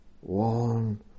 one